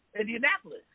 Indianapolis